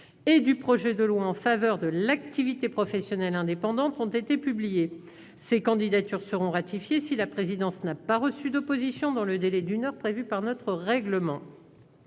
et du projet de loi en faveur de l'activité professionnelle indépendante ont été publiées. Ces candidatures seront ratifiées si la présidence n'a pas reçu d'opposition dans le délai d'une heure prévu par notre règlement.